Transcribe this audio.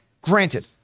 granted